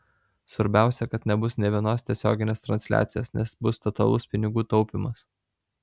svarbiausia kad nebus nė vienos tiesioginės transliacijos nes bus totalus pinigų taupymas